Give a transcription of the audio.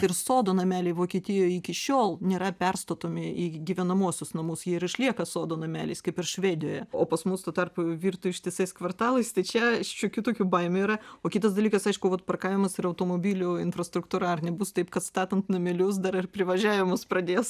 ir sodo nameliai vokietijoj iki šiol nėra perstatomi į gyvenamuosius namus jie ir išlieka sodo nameliais kaip ir švedijoje o pas mus tuo tarpu virto ištisais kvartalais tai čia šiokių tokių baimių yra o kitas dalykas aišku vat parkavimas ir automobilių infrastruktūra ar nebus taip kad statant namelius dar ir privažiavimus pradės